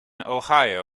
ohio